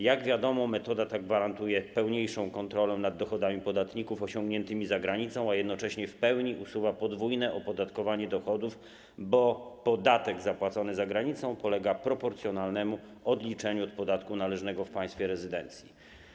Jak wiadomo, metoda ta gwarantuje pełniejszą kontrolę nad dochodami podatników osiągniętymi za granicą, a jednocześnie w pełni usuwa podwójne opodatkowanie dochodów, bo podatek zapłacony za granicą podlega proporcjonalnemu odliczeniu od podatku należnego w państwie rezydencji.